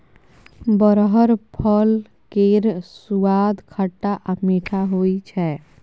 बरहर फल केर सुआद खट्टा आ मीठ होइ छै